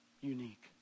unique